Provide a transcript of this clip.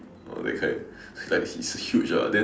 or that kind it's like he's huge lah then